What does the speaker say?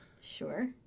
Sure